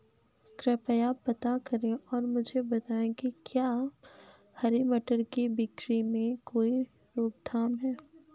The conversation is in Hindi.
कृपया पता करें और मुझे बताएं कि क्या हरी मटर की बिक्री में कोई रोकथाम है?